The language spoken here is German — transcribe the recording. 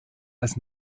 als